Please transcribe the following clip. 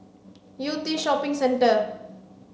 Yew Tee Shopping Centre